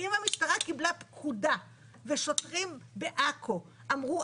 אם המשטרה קיבלה פקודה ושוטרים בעכו אמרו: